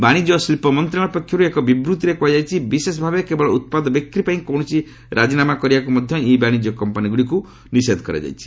ବାଣିଜ୍ୟ ଓ ଶିଳ୍ପ ମନ୍ତ୍ରଣାଳୟ ପକ୍ଷରୁ ଏକ ବିବୃଭିରେ କୁହାଯାଇଛି ବିଶେଷଭାବେ କେବଳ ଉତ୍ପାଦ ବିକ୍ରି ପାଇଁ କୌଣସି ରାଜିନାମା କରିବାକୁ ମଧ୍ୟ ଇ ବାଣିଜ୍ୟ କମ୍ପାନୀଗୁଡ଼ିକୁ ନିଷେଧ କରାଯାଇଛି